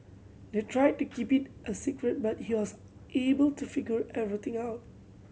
they tried to keep it a secret but he was able to figure everything out